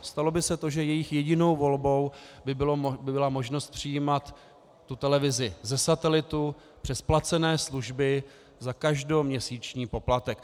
Stalo by se to, že jejich jedinou volbou by byla možnost přijímat televizi ze satelitu, přes placené služby za každoměsíční poplatek.